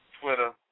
Twitter